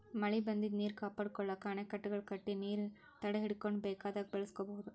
ಮಳಿ ಬಂದಿದ್ದ್ ನೀರ್ ಕಾಪಾಡ್ಕೊಳಕ್ಕ್ ಅಣೆಕಟ್ಟೆಗಳ್ ಕಟ್ಟಿ ನೀರ್ ತಡೆಹಿಡ್ಕೊಂಡ್ ಬೇಕಾದಾಗ್ ಬಳಸ್ಕೋಬಹುದ್